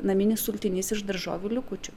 naminis sultinys iš daržovių likučių